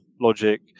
logic